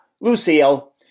Lucille